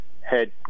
head